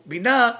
Bina